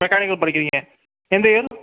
mechanical படிக்கிறீங்கள் எந்த year